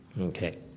Okay